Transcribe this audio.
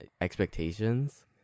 expectations